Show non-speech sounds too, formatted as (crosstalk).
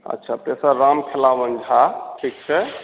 अच्छा (unintelligible) राम खेलाबन झा ठीक छै